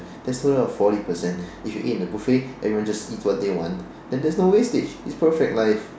that's a total of forty percent if you eat in the buffet everyone just eats what they want then there's no wastage it's perfect life